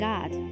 God